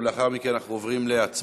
לאחר מכן אנחנו עוברים להצבעות.